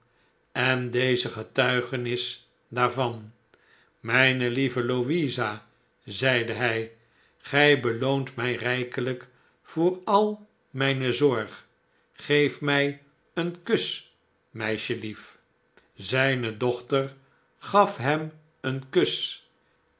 en deze getuigenis daarvan mijne lieve louisa zeide hij gij beloont mij rijkelijk voor al mijne zorg geef mij een kus meisjelief zijne dochter gaf hem een kus